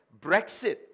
Brexit